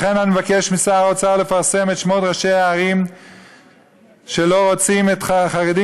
לכן אני מבקש משר האוצר לפרסם את שמות ראשי הערים שלא רוצים את החרדים,